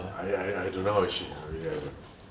I I I don't know how old is she really I don't know